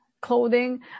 Clothing